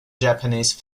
japanese